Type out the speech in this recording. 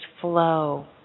flow